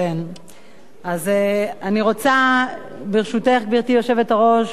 אני רוצה, ברשותך, גברתי היושבת-ראש,